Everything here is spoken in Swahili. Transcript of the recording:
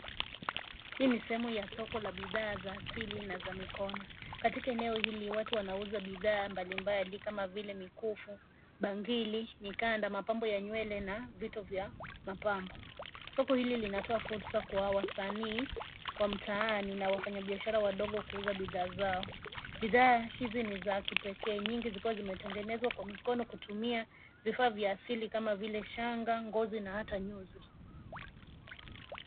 Hii ni sehemu ya soko la bidhaa za asili na za mikono. Katika eneo hili watu wanauza bidhaa mbalimbali kama vile mikufu, bangili, mikanda, mapambo ya nywele na vitu vya mapambo. Soko hili linatoa fursa kwa wasanii wa mtaani na wafanyabiashara wadogo kuuza bidhaa zao. Bidhaa hizi ni za kipekee nyingi zikiwa zimetengenezwa kwa mikono kutumia vifaa vya asili kama vile shanga, ngozi na hata nyuzi.